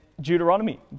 Deuteronomy